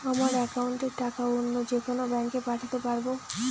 আমার একাউন্টের টাকা অন্য যেকোনো ব্যাঙ্কে পাঠাতে পারব?